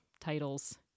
titles